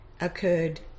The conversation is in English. occurred